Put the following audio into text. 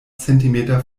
zentimeter